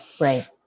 right